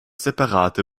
separate